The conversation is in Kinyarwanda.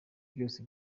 byose